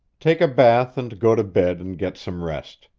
take a bath and go to bed and get some rest.